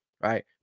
right